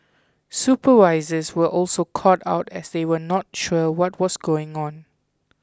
supervisors were also caught out as they were not sure what was going on